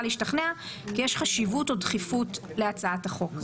להשתכנע כי יש חשיבות או דחיפות להצעת החוק.